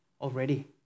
already